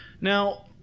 Now